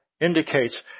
indicates